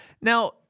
Now